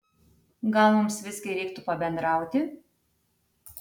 gal mums visgi reiktų pabendrauti